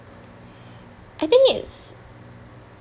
I think it's